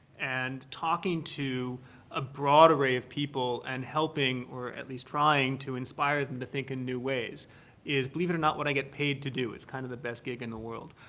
and talking to a broad array of people and helping or at least trying to inspire them to think in new ways is, believe it or not, what i get paid to do. it's kind of the best gig in the world.